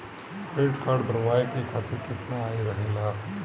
Credit card बनवाए के खातिर केतना आय रहेला?